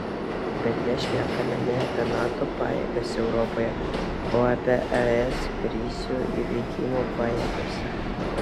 bet mes šnekame ne apie nato pajėgas europoje o apie es krizių įveikimo pajėgas